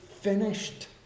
finished